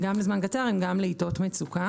הם גם לזמן קצר, הם גם לעתות מצוקה.